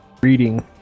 reading